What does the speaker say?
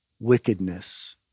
wickedness